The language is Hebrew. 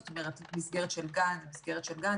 זאת אומרת, מסגרת של גן היא מסגרת של גן.